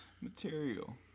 material